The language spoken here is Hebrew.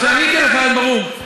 עניתי לך על זה ברור.